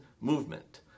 movement